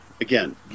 Again